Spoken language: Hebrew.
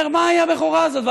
אומר: מהי הבכורה הזאת?